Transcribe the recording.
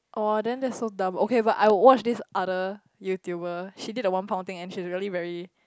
oh then that's so dumb okay but I watched this other YouTuber she did the one pound thing and she's really very